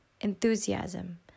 enthusiasm